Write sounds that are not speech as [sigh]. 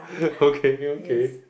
[breath] okay okay